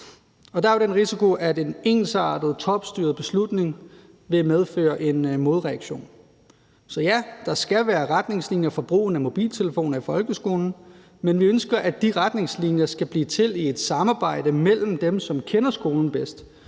der er jo den risiko, at en ensartet, topstyret beslutning vil medføre en modreaktion. Så ja, der skal være retningslinjer for brugen af mobiltelefoner i folkeskolen, men vi ønsker, at de retningslinjer skal blive til i et samarbejde mellem dem, som kender skolen bedst